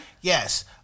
yes